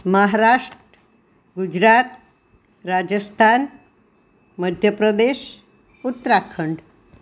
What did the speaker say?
Maharashtra Gujarat Rajasthan Madhya Pradesh Uttarakhand